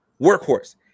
workhorse